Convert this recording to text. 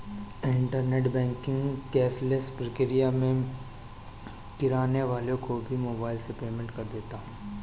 internet banking cashless प्रक्रिया है मैं किराने वाले को भी मोबाइल से पेमेंट कर देता हूँ